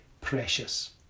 precious